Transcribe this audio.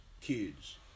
kids